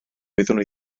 wyddwn